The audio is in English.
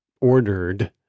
ordered